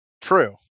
True